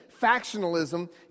factionalism